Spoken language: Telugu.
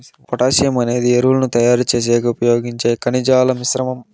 పొటాషియం అనేది ఎరువులను తయారు చేసేకి ఉపయోగించే ఖనిజాల మిశ్రమం